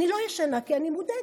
אני לא ישנה כי אני מודאגת.